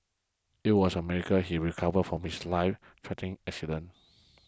it was a miracle he recovered from his lifethreatening accident